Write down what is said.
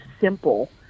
simple